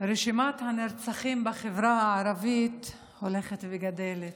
רשימת הנרצחים בחברה הערבית הולכת וגדלה.